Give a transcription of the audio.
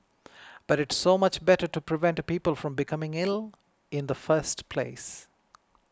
but it's so much better to prevent people from becoming ill in the first place